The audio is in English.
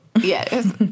Yes